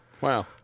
Wow